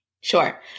Sure